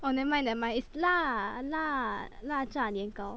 orh nevermind nevermind it's 辣辣辣炸年糕